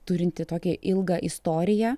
turinti tokią ilgą istoriją